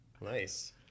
Nice